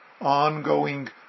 ongoing